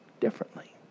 differently